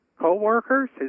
coworkers